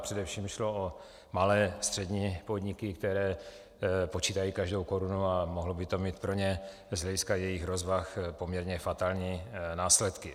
Především šlo o malé, střední podniky, které počítají každou korunu, a mohlo by to mít pro ně z hlediska jejich rozvah poměrně fatální následky.